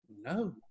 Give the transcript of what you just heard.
no